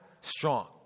strong